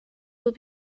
will